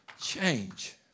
change